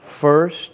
First